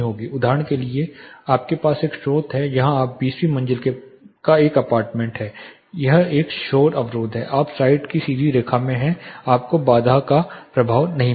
उदाहरण के लिए आपके पास एक स्रोत है यहां आप 20 वीं मंजिल के एक अपार्टमेंट में हैं एक शोर अवरोध है आप साइट की सीधी रेखा में हैं आपको बाधा का प्रभाव नहीं होगा